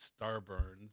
Starburns